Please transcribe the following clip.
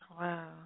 Wow